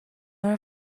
nora